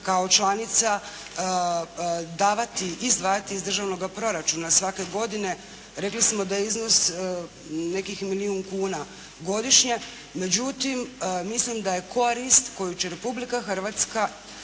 kao članica davati, izdvajati iz državnoga proračuna svake godine. Rekli smo da je iznos nekih milijun kuna godišnje. Međutim, mislim da je korist koju će Republika Hrvatska,